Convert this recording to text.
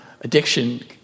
addiction